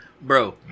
Bro